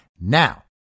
Now